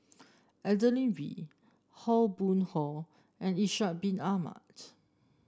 Adeline Aw Boon Haw and Ishak Bin Ahmad